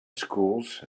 schools